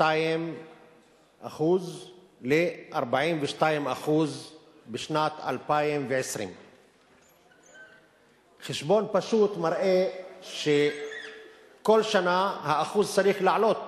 מ-22% ל-42% בשנת 2020. חשבון פשוט מראה שכל שנה השיעור צריך לעלות